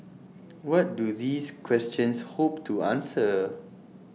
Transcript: what do these questions hope to answer